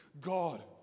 God